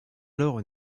alors